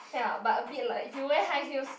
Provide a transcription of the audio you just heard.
ya but a bit like if you wear high heels